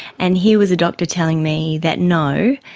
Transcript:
and here was a doctor telling me that, no,